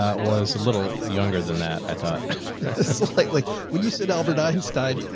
ah was a little younger than that. i thought so slightly when you sit albert einstein,